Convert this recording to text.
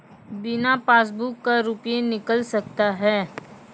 बिना पासबुक का रुपये निकल सकता हैं?